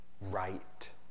right